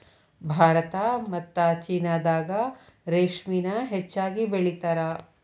ಭಾರತಾ ಮತ್ತ ಚೇನಾದಾಗ ರೇಶ್ಮಿನ ಹೆಚ್ಚಾಗಿ ಬೆಳಿತಾರ